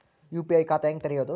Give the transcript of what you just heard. UPI ಖಾತಾ ಹೆಂಗ್ ತೆರೇಬೋದು?